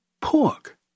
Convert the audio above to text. pork